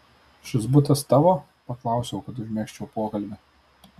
šis butas tavo paklausiau kad užmegzčiau pokalbį